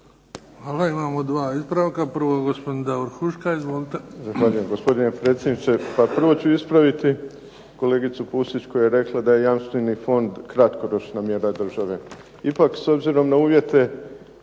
Hvala. Imamo dva ispravka. Prvo gospodin Davor Huška. Izvolite.